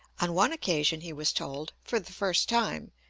on one occasion he was told, for the first time,